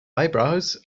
eyebrows